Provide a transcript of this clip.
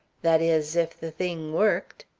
that is, if the thing worked.